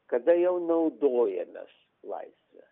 kada jau naudojamės laisve